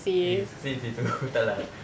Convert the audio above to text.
!chey! sedih seh tu tak lah